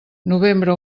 novembre